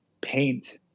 paint